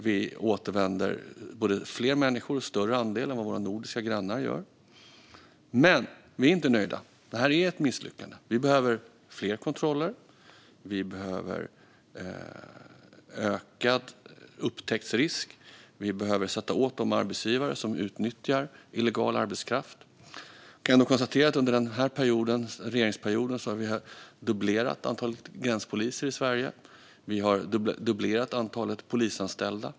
Vi återsänder både fler människor och en större andel än våra nordiska grannar gör. Men vi är inte nöjda. Detta är ett misslyckande. Vi behöver fler kontroller, vi behöver ökad upptäcktsrisk och vi behöver sätta åt de arbetsgivare som utnyttjar illegal arbetskraft. Jag kan konstatera att vi under denna regeringsperiod har dubblerat antalet gränspoliser i Sverige och dubblerat antalet polisanställda.